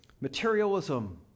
Materialism